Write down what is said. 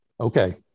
Okay